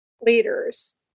leaders